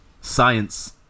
Science